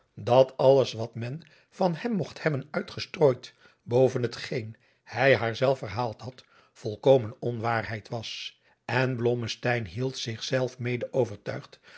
dat alles wat men van hem mogt hebben uitgestrooid boven hetgeen hij haar zelf verhaald had volkomen onwaarheid was en blommesteyn hield zich zelf mede overtuigd